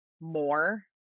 more